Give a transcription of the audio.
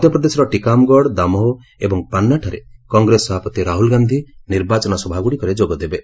ମଧ୍ୟପ୍ରଦେଶର ଟିକାମ୍ଗଡ଼ ଦାମୋହ ଏବଂ ପାନ୍ନାଠାରେ କଂଗ୍ରେସ ସଭାପତି ରାହୁଲ ଗାନ୍ଧି ନିର୍ବାଚନୀ ସଭାଗୁଡ଼ିକରେ ଯୋଗ ଦେବେ